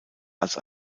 als